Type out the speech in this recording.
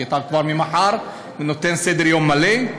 כי כבר מחר אתה נותן סדר-יום מלא,